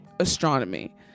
astronomy